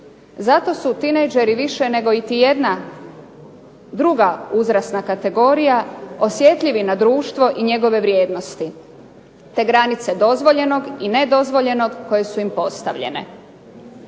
Zato su tinejdžeri više nego iti jedna druga uzastopna kategorija osjetljivi na društvo i njegove vrijednosti, te granice dozvoljenog i nedozvoljenog koje su im postavljene.